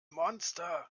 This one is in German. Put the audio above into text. monster